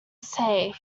say